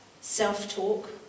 self-talk